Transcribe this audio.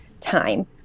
time